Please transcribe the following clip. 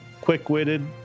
quick-witted